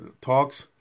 talks